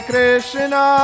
Krishna